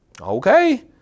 Okay